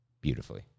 beautifully